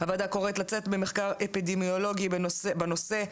הוועדה קוראת לצאת במחקר אפידמיולוגי בנושא,